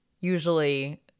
usually